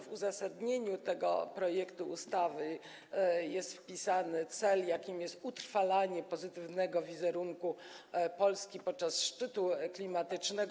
W uzasadnieniu tego projektu ustawy jest wpisany cel, jakim jest utrwalanie pozytywnego wizerunku Polski podczas szczytu klimatycznego.